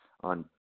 on